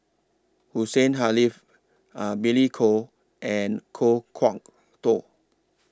Hussein Haniff Billy Koh and Kan Kwok Toh